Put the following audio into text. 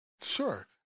Sure